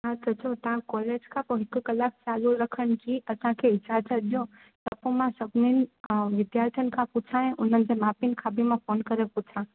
हा सोचो तव्हां कॉलेज खां पंज कलाक चालू रखनि जी असांखे इजाज़तु ॾियो मां सभिनीनि खां विद्यार्थीनि खां पुछियां उन्हनि जे माउ पीउ खां बि फ़ोन करे पुछियां